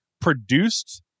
produced